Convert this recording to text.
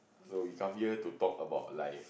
so you come here to talk about life